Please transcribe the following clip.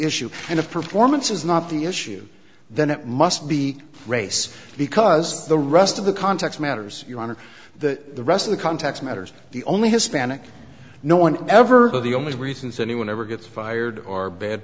issue in a performance is not the issue then it must be race because the rest of the context matters your honor that the rest of the context matters the only hispanic no one ever of the only reasons anyone ever gets fired or bad